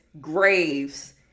graves